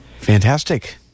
Fantastic